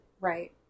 Right